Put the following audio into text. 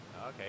Okay